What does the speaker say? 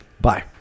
Bye